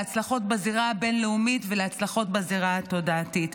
להצלחות בזירה הבין-לאומית ולהצלחות בזירה התודעתית.